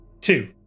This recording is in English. Two